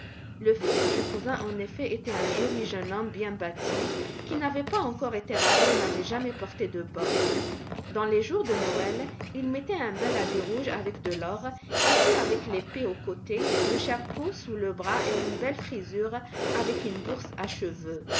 le fils du cousin en effet était un joli jeune homme bien bâti qui n'avait pas encore été rasé et n'avait jamais porté de bottes dans les jours de noël il mettait un bel habit rouge avec de l'or et puis avec l'épée au côté le chapeau sous le bras et une belle frisure avec une bourse à cheveux